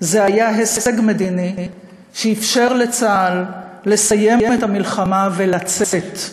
זה היה הישג מדיני שאפשר לצה"ל לסיים את המלחמה ולצאת.